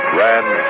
Grand